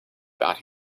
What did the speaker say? about